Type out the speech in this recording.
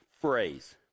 phrase